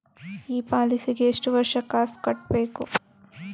ಈ ಪಾಲಿಸಿಗೆ ಎಷ್ಟು ವರ್ಷ ಕಾಸ್ ಕಟ್ಟಬೇಕು?